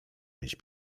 mieć